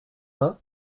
vingt